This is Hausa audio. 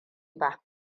ba